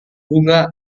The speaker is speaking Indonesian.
bunga